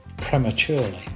prematurely